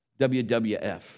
WWF